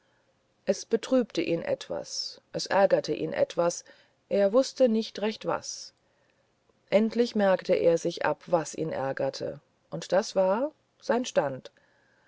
es betrübte ihn etwas es ärgerte ihn etwas er wußte nicht recht was endlich merkte er sich ab was ihn ärgerte und das war sein stand